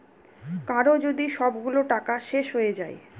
কারো যদি সবগুলো টাকা শেষ হয়ে যায়